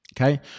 Okay